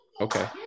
okay